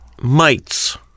Mites